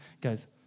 goes